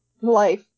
Life